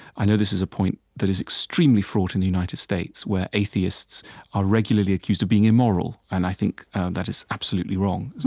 i know this is a point that is extremely fraught in the united states, where atheists are regularly accused of being immoral, and i think that is absolutely wrong.